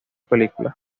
películas